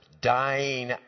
dying